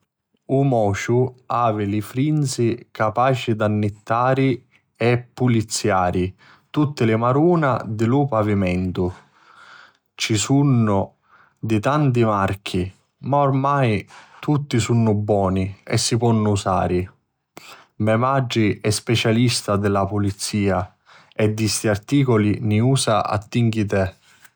Lu mociu avi li frinzi capaci d'annittari e puliziari tutti li maruna di lu pavimentu. Ci ni sunnu di tanti marchi ma ormai tutti sunnu boni e si ponno usari. Me matri è specialista di la pulizia e di sti articuli ni usa a tinchitè